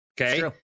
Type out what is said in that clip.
okay